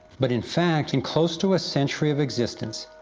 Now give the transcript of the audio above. but in fact, in close to a century of existence,